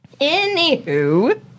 Anywho